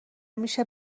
میشه